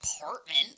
apartment